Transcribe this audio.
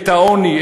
את העוני,